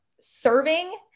serving